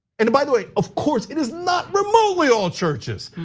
and by the way, of course, it is not remotely all churches.